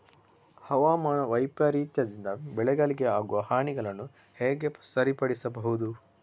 ಹವಾಮಾನ ವೈಪರೀತ್ಯದಿಂದ ಬೆಳೆಗಳಿಗೆ ಆಗುವ ಹಾನಿಗಳನ್ನು ಹೇಗೆ ಸರಿಪಡಿಸಬಹುದು?